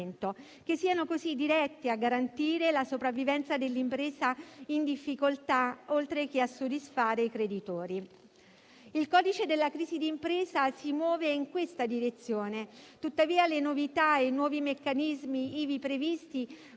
che siano così diretti a garantire la sopravvivenza dell'impresa in difficoltà, oltre che a soddisfare i creditori. Il codice della crisi di impresa si muove in questa direzione. Tuttavia, le novità e i nuovi meccanismi ivi previsti